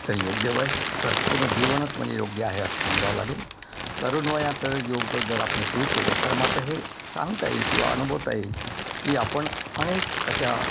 तर योग्य वयस सर पूर्ण जीवनच म्हणजे योग्य आहे असं समजावं लागेल तरुण वयात तर योग जर आपण सुरू केले तर मात्र हे सांगता येईल किंवा अनुभवता येईल की आपण अनेक अशा